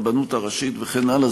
הרבנות הראשית וכן הלאה.